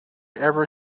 ever